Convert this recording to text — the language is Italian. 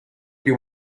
più